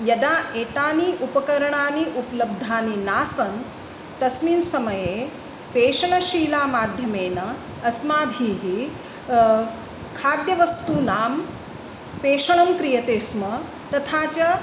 यदा एतानि उपकरणानि उप्लब्धानि नासन् तस्मिन् समये पेषणशीलामाध्यमेन अस्माभिः खाद्यवस्तूनां पेषणं क्रियते स्म तथा च